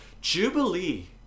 Jubilee